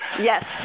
Yes